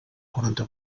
quaranta